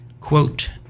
Quote